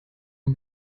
nur